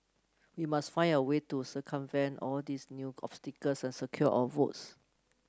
we must find a way to circumvent all these new obstacles and secure our votes